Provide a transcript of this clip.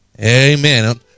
Amen